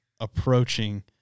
approaching